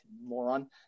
moron